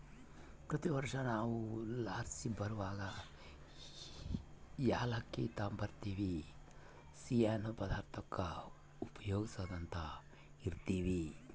ಪ್ರತಿ ವರ್ಷ ನಾವು ಊರ್ಲಾಸಿ ಬರುವಗ ಏಲಕ್ಕಿ ತಾಂಬರ್ತಿವಿ, ಸಿಯ್ಯನ್ ಪದಾರ್ತುಕ್ಕ ಉಪಯೋಗ್ಸ್ಯಂತ ಇರ್ತೀವಿ